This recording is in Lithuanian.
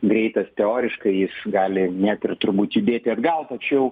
greitas teoriškai jis gali net ir turbūt judėti atgal tačiau